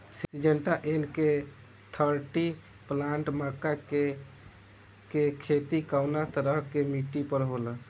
Syngenta NK thirty plus मक्का के के खेती कवना तरह के मिट्टी पर होला?